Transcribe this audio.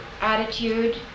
attitude